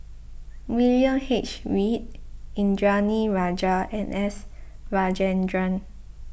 William H Read Indranee Rajah and S Rajendran